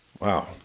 Wow